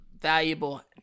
valuable